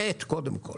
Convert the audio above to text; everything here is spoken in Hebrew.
תאט קודם כל.